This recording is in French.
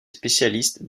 spécialiste